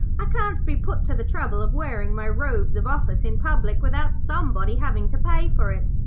i can't be put to the trouble of wearing my robes of office in public without somebody having to pay for it.